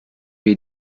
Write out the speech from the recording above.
wir